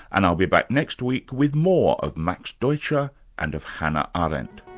and i'll be back next week with more of max deutscher and of hannah ah arendt